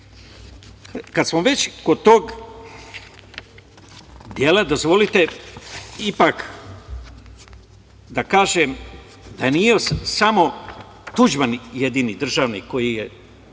smo već kod tog dela dozvolite ipak da kažem da nije samo Tuđman jedini državnik koji je